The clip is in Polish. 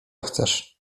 chcesz